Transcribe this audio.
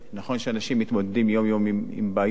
נכון שאנשים מתמודדים יום-יום עם בעיות,